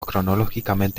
cronológicamente